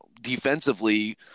defensively